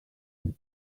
late